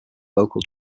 vocal